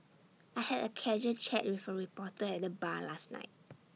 I had A casual chat with A reporter at the bar last night